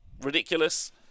ridiculous